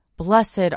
Blessed